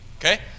Okay